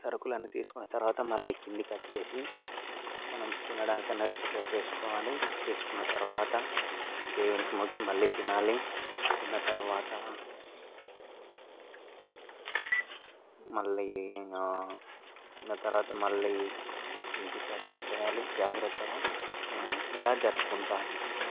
సరుకులన్నీ తీసుకున్న తర్వాత మళ్ళీ కిందికొచ్చేసి మనం తినడానికనేది ప్రిపేర్ చేసుకోవాలి చేసుకున్న తర్వాత దేవునికి మొక్కి మళ్ళీ తినాలి తిన్న తర్వాత మళ్ళీ తిన్న తర్వాత మళ్ళీ ఇంటికొచ్చేసేయాలి జాగ్రత్తగా మేము ఇలా జరుపుకుంటాము